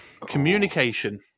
Communication